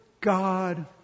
God